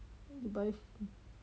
你 buy